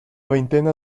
veintena